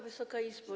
Wysoka Izbo!